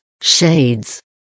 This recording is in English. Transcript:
shades